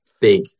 big